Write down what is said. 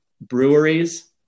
breweries